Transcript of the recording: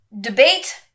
debate